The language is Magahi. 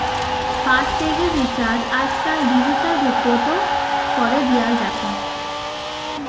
फासटैगेर रिचार्ज आजकल डिजिटल रूपतों करे दियाल जाछेक